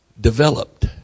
developed